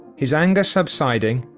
his anger subsiding,